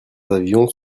avions